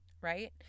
right